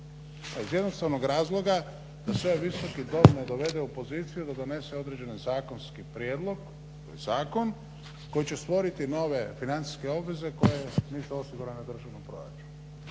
iz jednostavnog razloga da sve ovisnosti toga ne dovedu u poziciju da donese određeni zakonski prijedlog, zakon koji će stvoriti nove financijske obveze koje nisu osigurane u državnom proračunu.